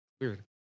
Weird